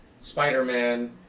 Spider-Man